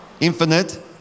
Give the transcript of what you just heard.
infinite